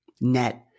net